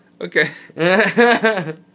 Okay